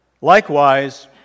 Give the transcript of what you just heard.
Likewise